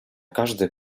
każdy